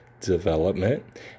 development